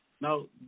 Now